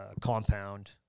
compound